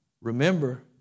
Remember